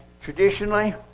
Traditionally